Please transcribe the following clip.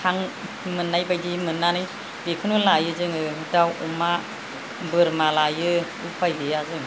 हां मोन्नाय बायदि मोन्नानै बेखौनो लायो जोङो